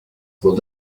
were